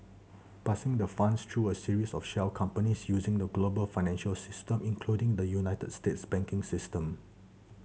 passing the funds through a series of shell companies using the global financial system including the United States banking system